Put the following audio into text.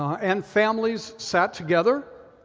and families sat together.